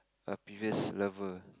a previous lover